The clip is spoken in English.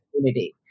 community